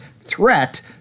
threat